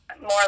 more